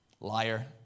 liar